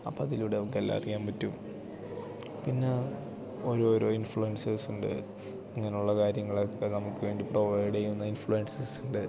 അപ്പം അതിലൂടെ നമുക്കെല്ലാം അറിയാൻ പറ്റും പിന്നെ ഓരോരോ ഇൻഫ്ലുവൻസേഴ്സുണ്ട് ഇങ്ങനെയുള്ള കാര്യങ്ങളൊക്കെ നമുക്കുവേണ്ടി പ്രൊവൈഡ് ചെയ്യുന്ന ഇൻഫ്ലുവൻസേഴ്സുണ്ട്